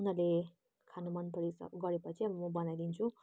उनीहरूले खानु मनपरे गरेपछि अब म बनाइदिन्छु